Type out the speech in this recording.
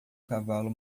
cavalo